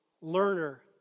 learner